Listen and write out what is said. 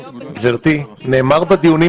לשמחתי הורידו את הנתון הזה.